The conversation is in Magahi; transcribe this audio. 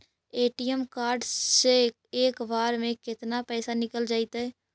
ए.टी.एम कार्ड से एक बार में केतना पैसा निकल जइतै?